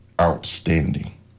outstanding